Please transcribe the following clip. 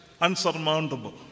unsurmountable